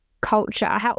culture